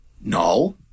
No